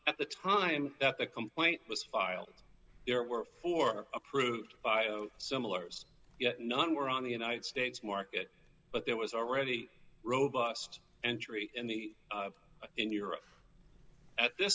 at the time that the complaint was filed there were four approved by similar yet none were in the united states market but there was already robust entry in the in your at this